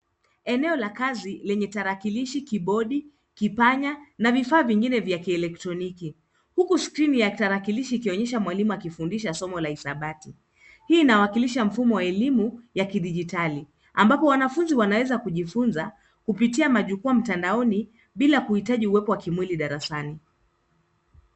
Eneo la kazi lenye tarakilishi, kibodi, kipanya na vifaa vingine vya kielektroniki. Huku skrini ya tarakilishi ikionyesha mwalimu akifundisha somo la hisabati. Hii inawakilisha mfumo wa elimu ya kidijitali ambapo wanafunzi wanaweza kujifunza kupitia majukwaa mtandaoni bila kuhitaji uwepo wa kimwili darasani.